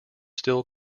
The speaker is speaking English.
still